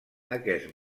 aquest